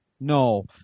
No